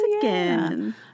again